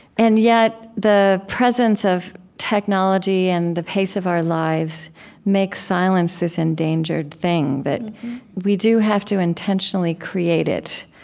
and yet, the presence of technology and the pace of our lives makes silence this endangered thing that we do have to intentionally create it,